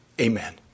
amen